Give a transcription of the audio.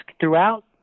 throughout